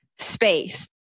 space